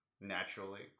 naturally